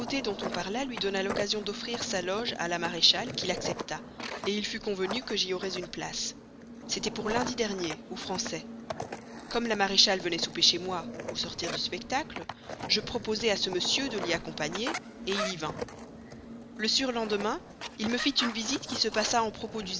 dont on parla lui donna l'occasion d'offrir sa loge à la maréchale qui l'accepta il fut convenu que j'y aurais une place c'était pour lundi dernier aux français comme la maréchale venait souper chez moi au sortir du spectacle je proposai à ce monsieur de l'y accompagner il y vint le surlendemain il me fit une visite qui se passa en propos